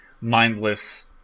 mindless